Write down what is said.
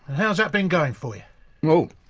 how's that been going for you? know